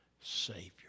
Savior